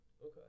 Okay